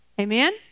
Amen